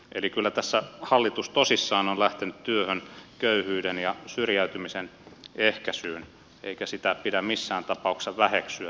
eli kyllä tässä hallitus tosissaan on lähtenyt työhön köyhyyden ja syrjäytymisen ehkäisyyn eikä sitä pidä missään tapauksessa väheksyä